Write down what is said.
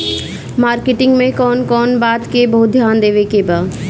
Marketing मे कौन कौन बात के बहुत ध्यान देवे के बा?